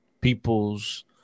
people's